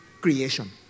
creation